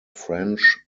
french